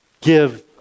give